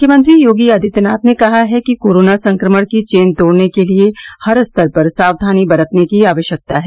मुख्यमंत्री योगी आदित्यनाथ ने कहा है कि कोरोना संक्रमण की चेन तोड़ने के लिए हर स्तर पर साक्षानी बरतने की आवश्यकता है